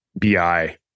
BI